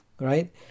right